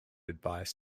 advice